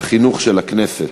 החינוך של הכנסת.